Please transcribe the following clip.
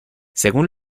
según